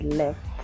left